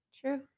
true